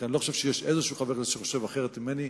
אני לא חושב שיש איזה חבר כנסת שחושב אחרת ממני,